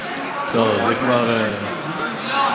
טוב, זה כבר, לא.